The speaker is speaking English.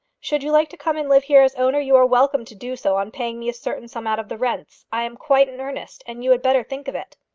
should you like to come and live here as owner, you are welcome to do so on paying me a certain sum out of the rents. i am quite in earnest, and you had better think of it.